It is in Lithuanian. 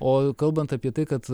o kalbant apie tai kad